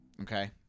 Okay